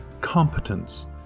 competence